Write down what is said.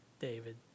David